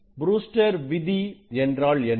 Brewster விதி என்றால் என்ன